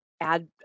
add